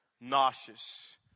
nauseous